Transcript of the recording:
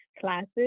classes